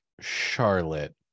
Charlotte